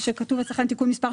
מה שכתוב אצלכם תיקון מס'...